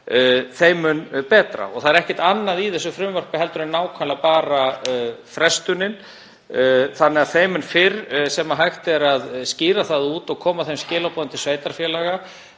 þeim mun betra. Það er ekkert annað í þessu frumvarpi heldur en nákvæmlega bara frestunin þannig að því fyrr sem hægt er að skýra það út og koma þeim skilaboðum til sveitarfélaga